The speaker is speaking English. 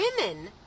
women